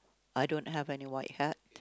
I don't have any white hat